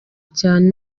cyane